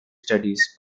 studies